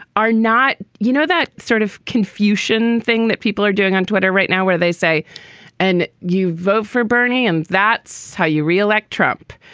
are not, you know, that sort of confucian thing that people are doing on twitter right now where they say and you vote for bernie and that's how you re-elect trump.